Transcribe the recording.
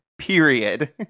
Period